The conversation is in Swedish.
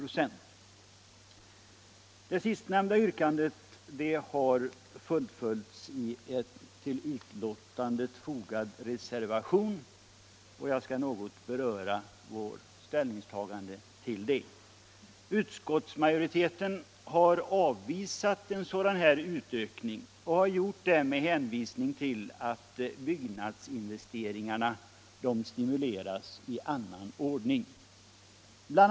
Det sistnämnda yrkandet har fullföljts i en till betänkandet fogad reservation, nr 1, och jag skall något beröra det ställningstagande som vi inom utskottsmajoriteten därvidlag kommit fram till. Utskottsmajoriteten avvisar en sådan här utökning och gör det med hänvisning till att byggnadsinvesteringarna stimuleras i annan ordning. Bl.